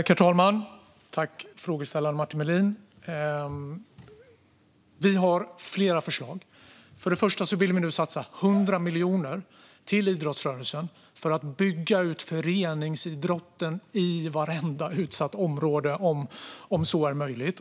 Herr talman! Jag tackar frågeställaren Martin Melin. Vi har flera förslag. För det första vill vi nu satsa 100 miljoner kronor på idrottsrörelsen för att bygga ut föreningsidrotten i vartenda utsatt område, om så är möjligt.